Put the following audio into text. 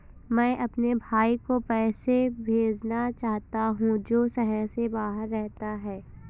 मैं अपने भाई को पैसे भेजना चाहता हूँ जो शहर से बाहर रहता है